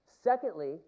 Secondly